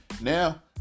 now